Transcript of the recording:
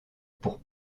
pour